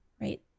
right